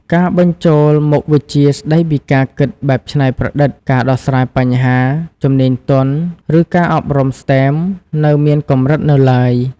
ការបញ្ចូលមុខវិជ្ជាស្តីពីការគិតបែបច្នៃប្រឌិត ការដោះស្រាយបញ្ហា ជំនាញទន់ ឬការអប់រំ STEM នៅមានកម្រិតនៅឡើយ។